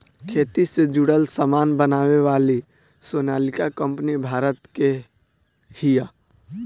खेती से जुड़ल सामान बनावे वाली सोनालिका कंपनी भारत के हिय